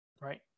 Right